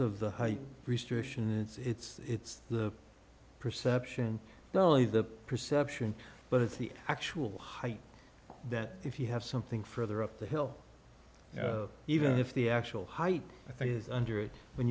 of the height restriction it's the perception not only the perception but it's the actual height that if you have something further up the hill even if the actual height i think is under it when